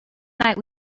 night